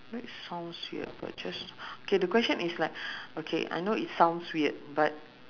that sounds weird but just okay the question is like okay I know it sounds weird but